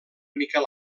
miquel